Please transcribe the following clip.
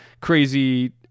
crazy